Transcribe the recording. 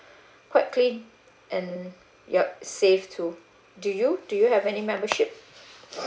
quite clean and yup safe to do you do you have any membership